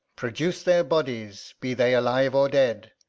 produce their bodies, be they alive or dead.